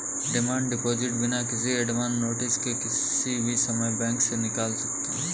demand deposit बिना किसी advance notice के किसी भी समय बैंक से निकाल सकते है